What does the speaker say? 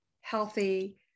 healthy